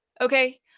okay